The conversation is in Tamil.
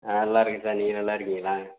நான் நல்லாருக்கேன் சார் நீங்கள் நல்லாருக்கீங்களா